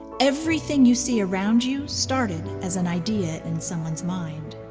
everything you see around you started as an idea in someone's mind.